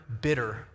bitter